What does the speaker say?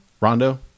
Rondo